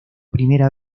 primera